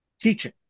teaching